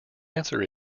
answer